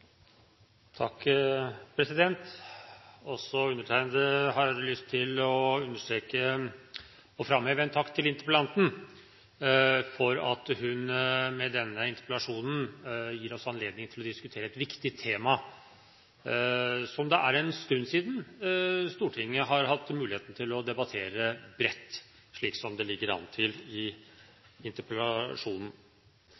takk til interpellanten for at hun med denne interpellasjonen gir oss anledning til å diskutere et viktig tema som det er en stund siden Stortinget har hatt mulighet til å debattere bredt, slik det ligger an til i